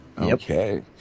Okay